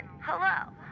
hello